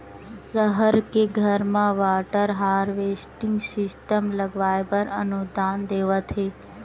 सहर के घर म वाटर हारवेस्टिंग सिस्टम लगवाए बर अनुदान देवत हे